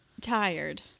tired